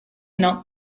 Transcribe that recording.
not